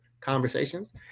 conversations